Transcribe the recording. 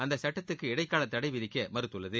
அந்த சட்டத்துக்கு இடைக்கால தடை விதிக்க மறுத்துள்ளது